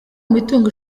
mitungo